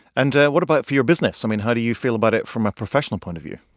and what about for your business? i mean, how do you feel about it from a professional point of view?